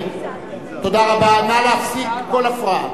תודה רבה, נא להפסיק כל הפרעה.